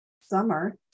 summer